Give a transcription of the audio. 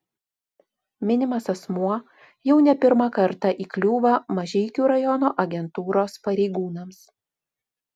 minimas asmuo jau ne pirmą kartą įkliūva mažeikių rajono agentūros pareigūnams